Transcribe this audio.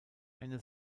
eine